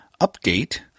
update